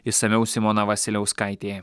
išsamiau simona vasiliauskaitė